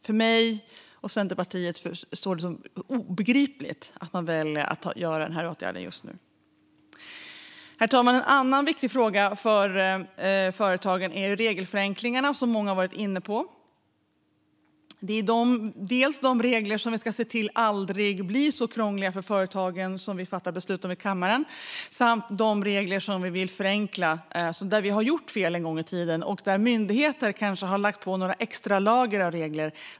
För mig och Centerpartiet framstår den åtgärd man väljer att göra just nu som obegriplig. Herr talman! En annan viktig fråga för företagen är regelförenklingarna, som många har varit inne på. Det är dels de regler som vi ska se till aldrig blir så krångliga för företagen och som vi fattar beslut om i kammaren, dels de regler som vi vill förenkla och där vi har gjort fel en gång i tiden och där myndigheter kanske har lagt på några extra lager av regler.